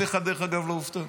דרך אגב, אף אחד לא הופתע.